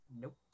nope